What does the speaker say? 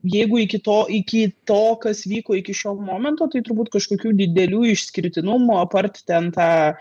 jeigu iki to iki to kas vyko iki šio momento tai turbūt kažkokių didelių išskirtinumų apart ten tą